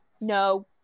No